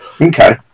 Okay